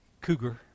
Cougar